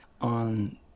on